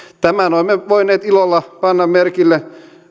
tämän olemme voineet ilolla panna merkille